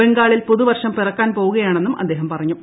ബംഗാളിൽ പുതുവർഷം പിറക്കാൻ പോകുകയാണെന്നും അദ്ദേഹം പറഞ്ഞു